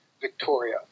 Victoria